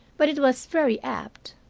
but it was very apt.